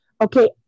okay